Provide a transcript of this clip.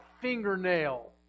fingernail